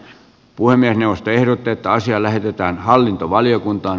puhemiesneuvosto ehdottaa että asia lähetetään hallintovaliokuntaan